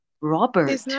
Robert